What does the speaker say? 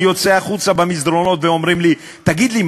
אני יוצא החוצה ובמסדרונות אומרים לי: תגיד לי,